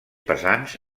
pesants